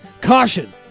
Caution